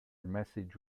message